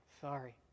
sorry